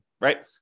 right